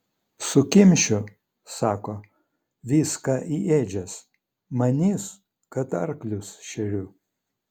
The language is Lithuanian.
sukimšiu sako viską į ėdžias manys kad arklius šeriu